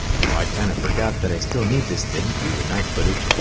now i kind of forgot that i still need this thing to do the night footage,